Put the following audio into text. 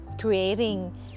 creating